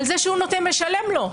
על זה שהוא משלם לו.